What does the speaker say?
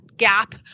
gap